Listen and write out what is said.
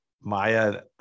Maya